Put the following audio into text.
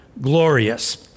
glorious